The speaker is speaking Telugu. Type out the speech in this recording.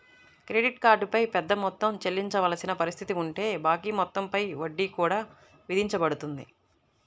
క్రెడిట్ కార్డ్ పై పెద్ద మొత్తం చెల్లించవలసిన పరిస్థితి ఉంటే బాకీ మొత్తం పై వడ్డీ కూడా విధించబడుతుంది